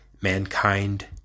mankind